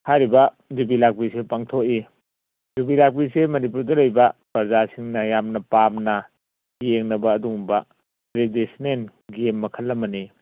ꯍꯥꯏꯔꯤꯕ ꯌꯨꯕꯤ ꯂꯥꯛꯄꯤꯁꯦ ꯄꯥꯡꯊꯣꯛꯏ ꯌꯨꯕꯤ ꯂꯥꯛꯄꯤꯁꯦ ꯃꯅꯤꯄꯨꯔꯗ ꯂꯩꯕ ꯄ꯭ꯔꯖꯥꯁꯤꯡꯅ ꯌꯥꯝꯅ ꯄꯥꯝꯅ ꯌꯦꯡꯅꯕ ꯑꯗꯨꯒꯨꯝꯕ ꯇ꯭ꯔꯦꯗꯤꯁꯟꯅꯦꯟ ꯒꯦꯝ ꯃꯈꯜ ꯑꯃꯅꯤ